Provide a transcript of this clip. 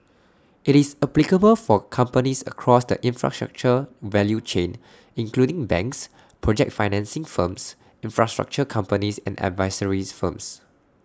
IT is applicable for companies across the infrastructure value chain including banks project financing firms infrastructure companies and advisory firms